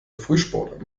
frühsport